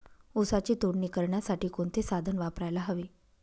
ऊसाची तोडणी करण्यासाठी कोणते साधन वापरायला हवे?